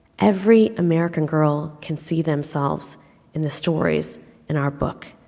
every american girl can see themselves in the stories in our book,